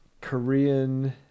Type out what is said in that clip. korean